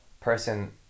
person